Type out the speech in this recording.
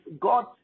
God